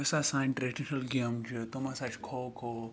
یُس ہہَ سانہِ ٹریٚڈِشنَل گیمہٕ چھِ تِم ہَسا چھِ کھو کھو